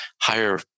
higher